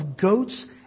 goats